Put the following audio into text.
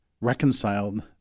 reconciled